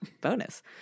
Bonus